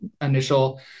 initial